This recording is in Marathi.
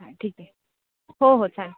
हां ठीक आहे हो हो चालेल